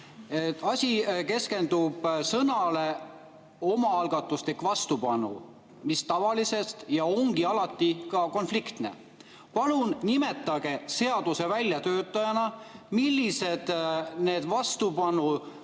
Asi keskendub sõnadele "omaalgatuslik vastupanu" – see tavaliselt ju ongi alati konfliktne. Palun nimetage seaduse väljatöötajana, millised vastupanu